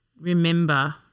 remember